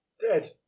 Dead